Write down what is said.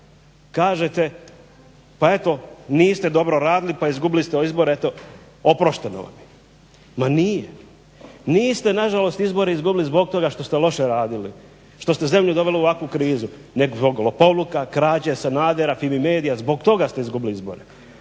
Kažete, pa eto niste dobro radili pa izgubili ste izbore eto oprošteno vam je. Ma nije, niste nažalost izbore izgubili zbog toga što ste loše radili što ste zemlju doveli u ovakvu krizu nego zbog lopovluka, krađe, Sanadera, Fimi Medija zbog toga ste izgubili izbore.